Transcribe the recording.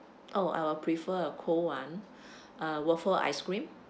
oh I will prefer a cold one uh waffle ice cream